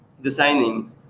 designing